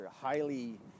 highly